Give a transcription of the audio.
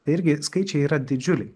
tai irgi skaičiai yra didžiuliai